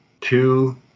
two